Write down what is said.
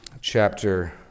chapter